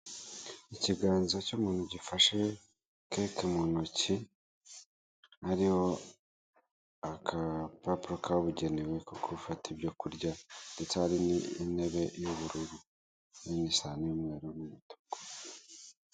Ikiganza cy'umuntu gifashe cake mu ntoki hariho agapapuro kabugenewe ko gufata ibyo kurya ndetse hariho n'intebe y'ubururu n'imisani n'umweru n'umutuku.